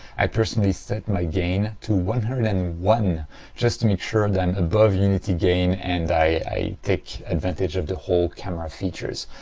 i personally set my gain to one hundred and one just to make sure that i'm above unity gain and i take advantage of the whole camera features.